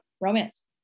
romance